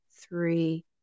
three